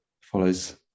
follows